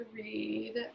read